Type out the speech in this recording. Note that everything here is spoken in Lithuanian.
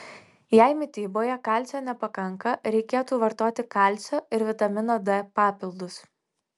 jei mityboje kalcio nepakanka reikėtų vartoti kalcio ir vitamino d papildus